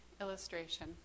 illustration